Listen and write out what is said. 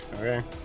okay